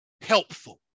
helpful